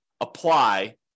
apply